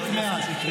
קוראים למרי.